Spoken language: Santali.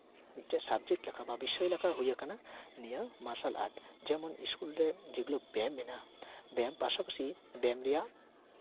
ᱢᱤᱫᱴᱮᱡ ᱥᱟᱵᱡᱮᱠᱴ ᱞᱮᱠᱟ ᱵᱟ ᱵᱤᱥᱤᱭ ᱞᱮᱠᱟ ᱦᱩᱭ ᱠᱟᱱᱟ ᱱᱤᱭᱟᱹ ᱢᱟᱨᱥᱟᱞ ᱟᱨᱴ ᱡᱮᱢᱚᱱ ᱤᱥᱠᱩᱞᱨᱮ ᱡᱮᱜᱩᱞᱳ ᱵᱮᱭᱟᱢ ᱢᱮᱱᱟᱜᱼᱟ ᱵᱮᱭᱟᱢ ᱯᱟᱥᱟᱯᱟᱥᱤ ᱵᱮᱭᱟᱢ ᱨᱮᱭᱟᱜ